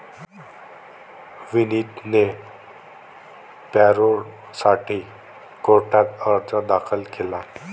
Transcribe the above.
विनीतने पॅरोलसाठी कोर्टात अर्ज दाखल केला